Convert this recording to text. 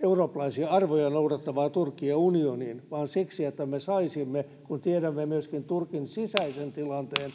eurooppalaisia arvoja noudattavaa turkkia unioniin vaan siksi että me saisimme sen aikaiseksi kun tiedämme myöskin turkin sisäisen tilanteen